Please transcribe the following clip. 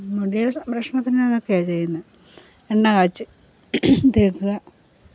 മുടിയുടെ സംരക്ഷണത്തിന് അതൊക്കെയാണ് ചെയ്യുന്നത് എണ്ണ കാച്ചി തേയ്ക്കുക